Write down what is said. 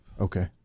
Okay